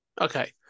Okay